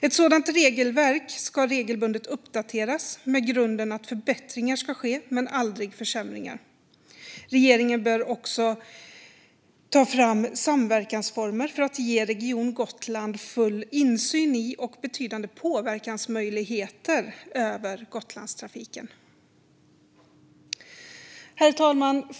Ett sådant regelverk ska regelbundet uppdateras med grunden att förbättringar ska ske men aldrig försämringar. Regeringen bör också ta fram samverkansformer för att ge Region Gotland full insyn i och betydande påverkansmöjligheter på Gotlandstrafiken. Herr talman!